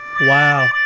Wow